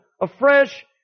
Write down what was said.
afresh